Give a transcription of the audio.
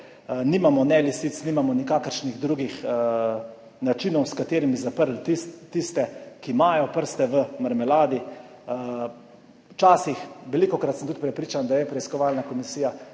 Nimamo lisic, nimamo nikakršnih drugih načinov, s katerimi bi zaprli tiste, ki imajo prste v marmeladi. Včasih, velikokrat sem prepričan, da je preiskovalna komisija